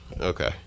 Okay